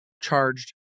charged